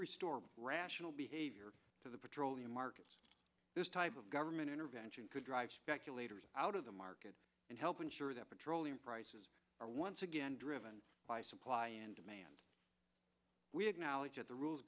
restore rational behavior to the petroleum markets this type of government intervention could drive speculators out of the market and help ensure that petroleum prices are once again driven by supply and demand we acknowledge that the rules